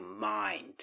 mind